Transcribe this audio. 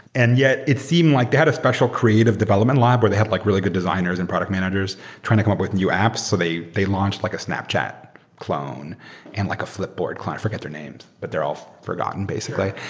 and yet it seem like they had a special creative development lab where they had like really good designers and product managers trying to come up with new apps. so they they launched like a snapchat clone and like a flip board client. i forgot their names, but they're all forgotten basically.